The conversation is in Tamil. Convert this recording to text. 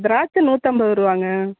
திராட்சை நூற்றம்பதுரூவாங்க